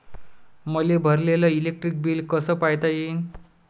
मले भरलेल electric bill कस पायता येईन?